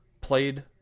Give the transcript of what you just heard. played